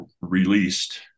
released